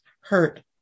hurt